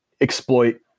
exploit